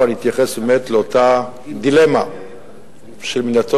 ואני אתייחס באמת לאותה דילמה של מדינתו